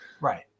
Right